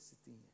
sitting